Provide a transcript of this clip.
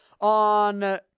on